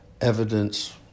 evidence